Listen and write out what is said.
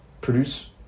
produce